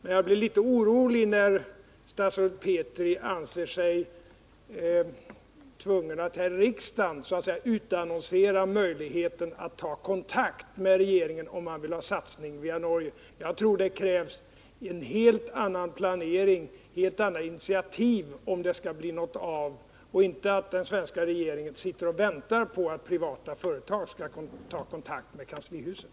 Man blir litet orolig när statsrådet Petri anser sig tvungen att här i riksdagen så att säga utannonsera möjligheten att ta kontakt med regeringen för den som vill ha satsning via Norge. Jag tror det krävs en helt annan planering och helt andra initiativ, om det skall bli något av, och inte att den svenska regeringen väntar att privata företag skall ta kontakt med kanslihuset.